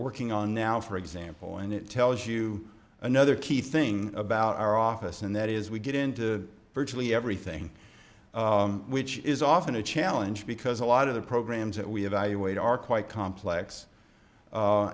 working on now for example and it tells you another key thing about our office and that is we get into virtually everything which is often a challenge because a lot of the programs that we evaluate are quite complex